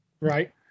Right